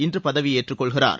இன்று பதவியேற்றுக்கொள்கிறார்